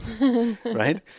right